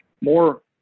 more